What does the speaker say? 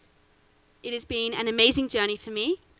it has been an amazing journey for me.